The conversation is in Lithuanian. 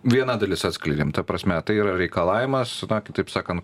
viena dalis atskleidėm ta prasme tai yra reikalavimas kitaip sakan